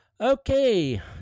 Okay